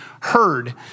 heard